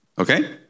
okay